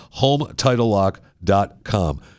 hometitlelock.com